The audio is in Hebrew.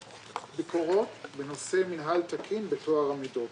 ביקורות בנושא מינהל תקין בטוהר המידות.